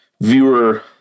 viewer